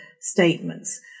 statements